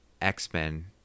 X-Men